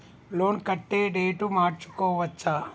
Loan కట్టే date మార్చుకోవచ్చా?